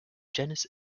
genus